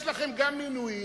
יש לכם גם מינויים,